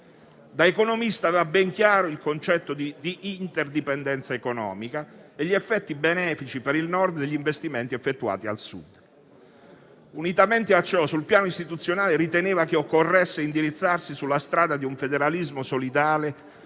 Da economista aveva ben chiaro il concetto di interdipendenza economica e gli effetti benefici per il Nord degli investimenti effettuati al Sud. Unitamente a ciò, sul piano istituzionale, riteneva che occorresse indirizzarsi sulla strada di un federalismo solidale